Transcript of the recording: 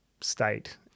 state